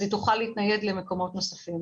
אז היא תוכל להתנייד למקומות נוספים.